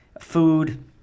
food